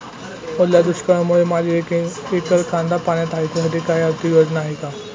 ओल्या दुष्काळामुळे माझे एक एकर कांदा पाण्यात आहे त्यासाठी काही आर्थिक योजना आहेत का?